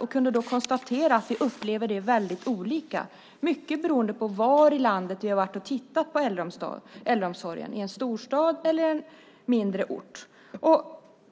Jag kunde då konstatera att vi upplever det väldigt olika, mycket beroende på var i landet vi varit och tittat på äldreomsorgen - i en storstad eller på en mindre ort. Jag